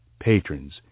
Patrons